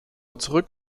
zurück